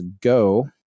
go